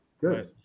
Good